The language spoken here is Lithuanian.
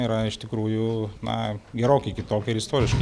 yra iš tikrųjų na gerokai kitokia ir istoriškai